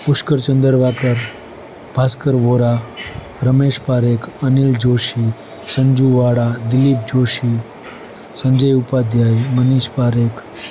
પુષ્કળચંદન Vakar Bhaskar Vora Ramesh Parekh Anil Joshi Sanju Vada Dilip Joshi Sanjay Upadhyay Manish Parekh